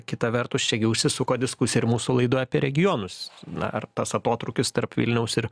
kita vertus čia gi užsisuko diskusija ir mūsų laidoj apie regionus na ar tas atotrūkis tarp vilniaus ir